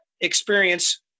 experience